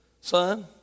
Son